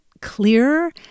clearer